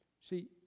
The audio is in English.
See